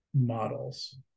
models